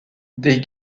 des